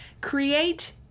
create